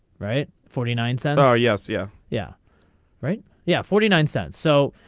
right forty nine sent our yes yeah yeah right yeah forty nine cents so.